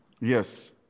Yes